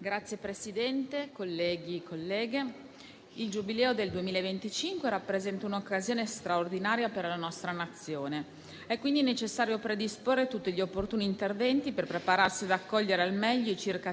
Signora Presidente, colleghi e colleghe, il Giubileo del 2025 rappresenta un'occasione straordinaria per la nostra Nazione. È quindi necessario predisporre tutti gli opportuni interventi per prepararsi ad accogliere al meglio i circa 30